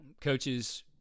coaches